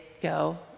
go